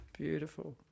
Beautiful